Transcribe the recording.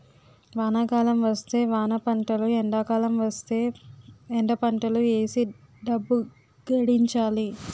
వానాకాలం వస్తే వానపంటలు ఎండాకాలం వస్తేయ్ ఎండపంటలు ఏసీ డబ్బు గడించాలి